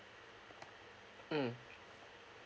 mm